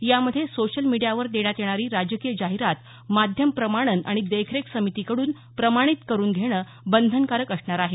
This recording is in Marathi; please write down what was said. यामध्ये सोशियल मिडीयावर देण्यात येणारी राजकीय जाहिरात माध्यम प्रमाणन आणि देखरेख समितीकडून प्रमाणित करून घेणं बंधनकारक असणार आहे